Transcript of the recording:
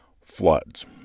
floods